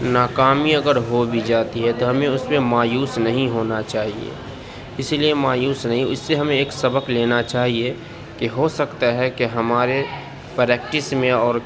ناکامی اگر ہو بھی جاتی ہے تو ہمیں اس میں مایوس نہیں ہونا چاہیے اسی لیے مایوس نہیں اس سے ہمیں ایک سبق لینا چاہیے کہ ہو سکتا ہے کہ ہمارے پریکٹس میں اور